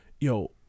yo